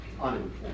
uninformed